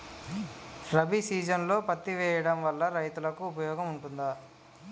రబీ సీజన్లో పత్తి వేయడం వల్ల రైతులకు ఉపయోగం ఉంటదా?